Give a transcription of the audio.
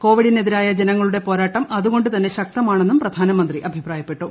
കോവിഡിനെതിരായ ജനങ്ങളുടെ പോരാട്ടം അതുകൊണ്ടുതന്നെ ശക്തമാണെന്നും പ്രധാനമന്ത്രി അഭിപ്രായപ്പെട്ടു